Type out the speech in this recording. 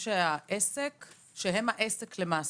עצמאים שהם העסק למעשה.